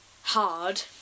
hard